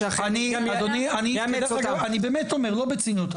אדוני, אני באמת אומר, לא בציניות.